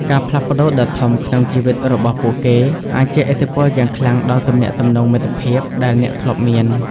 ការផ្លាស់ប្តូរដ៏ធំក្នុងជីវិតរបស់ពួកគេអាចជះឥទ្ធិពលយ៉ាងខ្លាំងដល់ទំនាក់ទំនងមិត្តភាព ដែលអ្នកធ្លាប់មាន។